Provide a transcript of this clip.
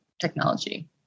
technology